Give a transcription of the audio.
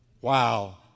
Wow